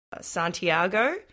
Santiago